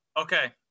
Okay